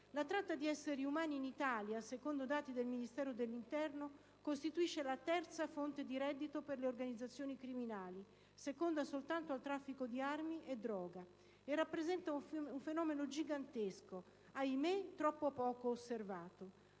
La tratta di esseri umani in Italia, secondo i dati del Ministero dell'interno, costituisce la terza fonte di reddito per le organizzazioni criminali, seconda soltanto al traffico di armi e droga. E rappresenta un fenomeno gigantesco - ahimè - troppo poco osservato.